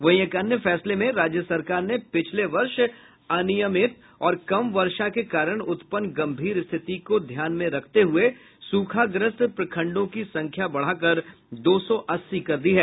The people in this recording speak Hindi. वहीं एक अन्य फैसले में राज्य सरकार ने पिछले वर्ष अनियमित और कम वर्षा के कारण उत्पन्न गंभीर स्थिति को ध्यान में रखते हुये सूखाग्रस्त प्रखंडों की संख्या बढ़ाकर दो सौ अस्सी कर दी है